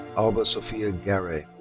alba sofia garay.